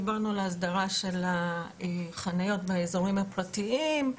דיברנו על ההסדרה של החניות באזורים הפרטיים.